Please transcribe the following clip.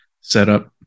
setup